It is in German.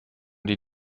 die